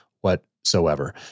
whatsoever